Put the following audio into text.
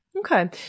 Okay